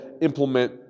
implement